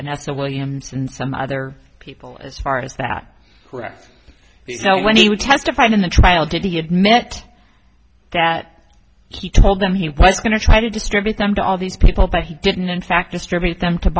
and that's a williams and some other people as far as that correct so when he would testify in the trial did he admit that he told them he was going to try to distribute them to all these people but he didn't in fact distribute them to